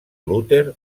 luter